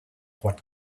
what